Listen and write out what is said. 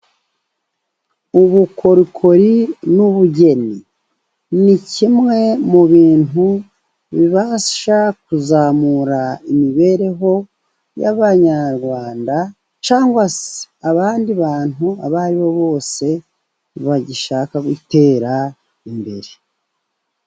Ubukorikori n'ubugeni ni kimwe mu bintu bibasha kuzamura imibereho y'Abanyarwanda , cyangwa se abandi bantu abo aribo bose bagishaka gutera imbere.